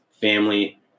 family